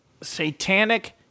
satanic